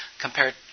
compared